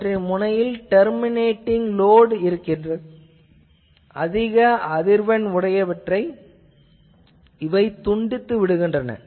இவற்றின் முனையில் terminating load இருந்தது அது அதிக அதிர்வெண் உடையவற்றைத் துண்டித்துவிடுகின்றன